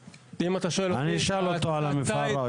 אני חושב שזה נמצא לפתחה של רשות הטבע והגנים.